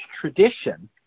tradition